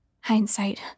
Hindsight